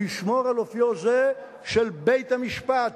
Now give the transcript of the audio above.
לשמור על אופיו זה של בית-המשפט.